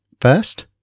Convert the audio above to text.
First